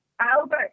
Albert